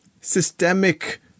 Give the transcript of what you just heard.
systemic